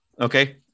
Okay